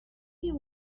you